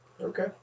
Okay